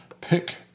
pick